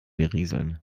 berieseln